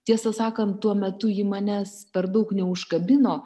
tiesą sakant tuo metu ji manęs per daug neužkabino